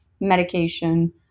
medication